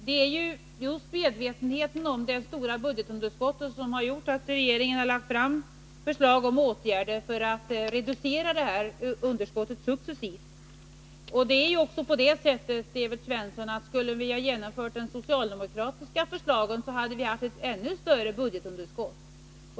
Herr talman! Det är just medvetenheten om det stora budgetunderskottet som har gjort att regeringen har lagt fram förslag om åtgärder för att successivt kunna reducera det. Det är också på det sättet, Evert Svensson, att om vi skulle ha genomfört de socialdemokratiska förslagen, hade vi haft ett ännu större budgetunderskott.